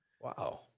Wow